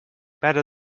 better